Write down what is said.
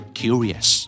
curious